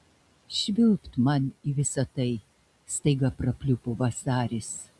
švilpt man į visa tai staiga prapliupo vasaris